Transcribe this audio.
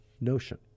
notion